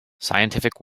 scientific